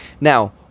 Now